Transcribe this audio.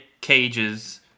Cage's